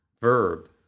verb